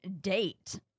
date